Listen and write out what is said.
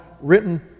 written